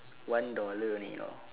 one dollar only you know